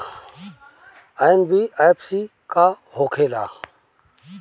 NBFC का होंखे ला?